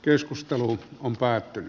keskustelu on päättynyt